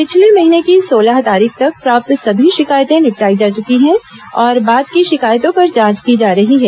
पिछले महीने की सोलह तारीख तक प्राप्त सभी शिकायतें निपटाई जा चुकी हैं और बाद की शिकायतों पर जांच की जा रही है